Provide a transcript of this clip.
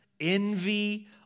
envy